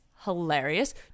hilarious